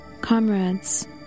Comrades